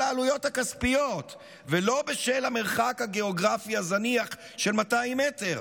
העלויות הכספיות ולא בשל המרחק הגיאוגרפי הזניח של 200 מטר.